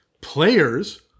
Players